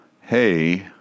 Hey